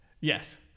Yes